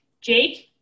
Jake